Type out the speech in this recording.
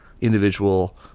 individual